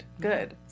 Good